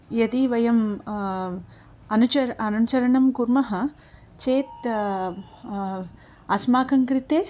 यदि वयं अनुचरः अनुचरणं कुर्मः चेत् अस्माकं कृते